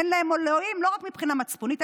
אין להם אלוהים לא רק מבחינה מצפונית,